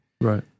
Right